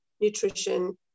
nutrition